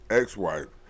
ex-wife